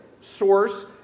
source